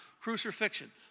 crucifixion